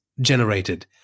generated